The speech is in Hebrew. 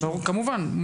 כמובן,